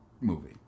movie